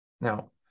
Now